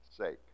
sake